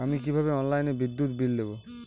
আমি কিভাবে অনলাইনে বিদ্যুৎ বিল দেবো?